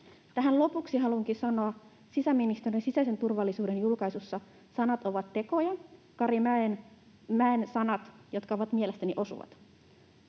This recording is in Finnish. Tähän lopuksi haluankin sanoa sisäministeriön sisäisen turvallisuuden julkaisusta Sanat ovat tekoja Kari Mäkisen sanat, jotka ovat mielestäni osuvat: